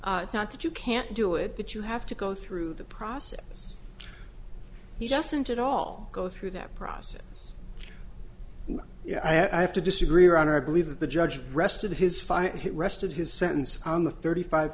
gaol it's not that you can't do it that you have to go through the process he doesn't at all go through that process you know i have to disagree around or believe that the judge rested his fire and it rested his sentence on the thirty five